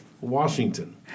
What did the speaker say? Washington